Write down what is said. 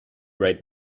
right